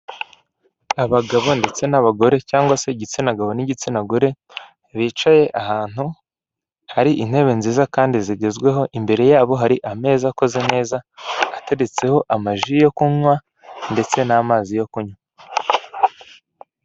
Abagabo ndetse n'abagore cyangwa se igitsina gabo n'igitsina gore, bicaye ahantu hari intebe nziza kandi zigezweho, imbere yabo hari ameza akoze neza, ateretseho ama ji yo kunywa ndetse n'amazi yo kunywa.